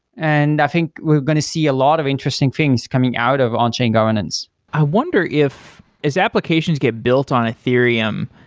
and i think we're going to see a lot of interesting things coming out of on-chain governance i wonder if, as applications get built on ethereum,